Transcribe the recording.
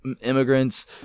immigrants